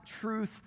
truth